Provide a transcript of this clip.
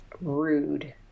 Rude